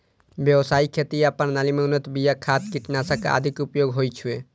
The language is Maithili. व्यावसायिक खेती प्रणाली मे उन्नत बिया, खाद, कीटनाशक आदिक उपयोग होइ छै